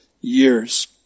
years